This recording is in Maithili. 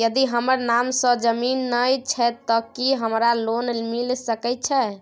यदि हमर नाम से ज़मीन नय छै ते की हमरा लोन मिल सके छै?